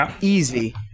easy